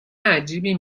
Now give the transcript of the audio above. عجیبی